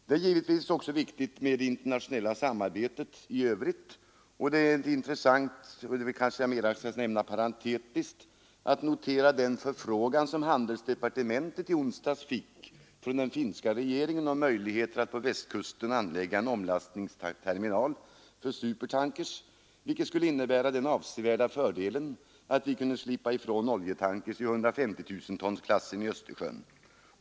Det är givetvis också viktigt med det internationella samarbetet i övrigt, och det är intressant — jag skall nämna det mera parentetiskt — att notera den förfrågan som handelsdepartementet i onsdags fick från den finska regeringen om möjligheter att på Västkusten anlägga en omlastningsterminal för supertanker, vilket skulle innebära den avsevärda fördelen att vi kunde slippa ifrån oljetanker i 150 000-tonsklassen i Östersjön.